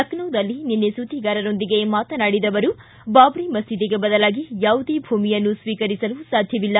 ಲಖನೌದಲ್ಲಿ ನಿನ್ನೆ ಸುದ್ದಿಗಾರರೊಂದಿಗೆ ಮಾತನಾಡಿದ ಅವರು ಬಾಬರಿ ಮಸೀದಿಗೆ ಬದಲಾಗಿ ಯಾವುದೇ ಭೂಮಿಯನ್ನು ಸ್ವೀಕರಿಸಲು ಸಾಧ್ಯವಿಲ್ಲ